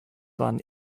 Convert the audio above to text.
waren